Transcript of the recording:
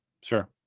sure